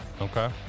Okay